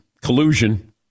Collusion